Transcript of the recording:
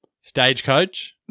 Stagecoach